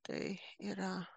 tai yra